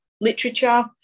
literature